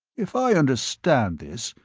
if i understand this,